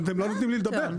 אתם לא נותנים לי לדבר.